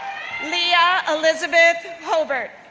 leah elizabeth hobert,